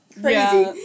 crazy